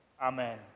Amen